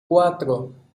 cuatro